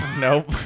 Nope